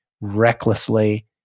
recklessly